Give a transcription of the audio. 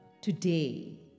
today